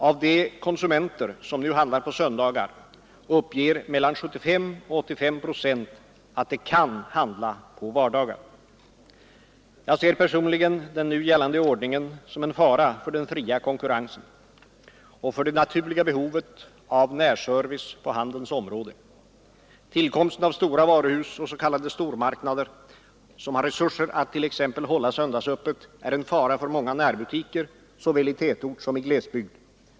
Av de konsumenter som nu handlar på söndagar uppger mellan 75 och 85 procent att de kan handla på vardagar. Jag ser personligen den nu gällande ordningen som en fara för den fria konkurrensen och för det naturliga behovet av närservice på handelns område. Tillkomsten av stora varuhus och s.k. stormarknader som har resurser att t.ex. hålla söndagsöppet är en fara för många närbutiker såväl i tätort som i glesbygd.